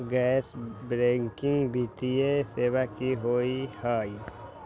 गैर बैकिंग वित्तीय सेवा की होअ हई?